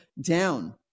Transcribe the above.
down